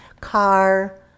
car